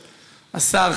השר,